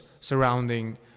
surrounding